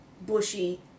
bushy